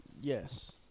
Yes